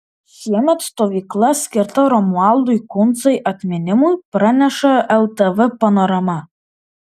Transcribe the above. šiemet stovykla skirta romualdui kuncai atminimui praneša ltv panorama